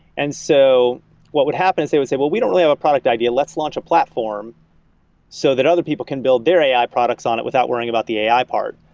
and so what would happen is they would say, we don't really have a product idea. let's launch a platform so that other people can build their a i. products on it without worrying about the a i. part.